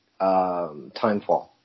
timefall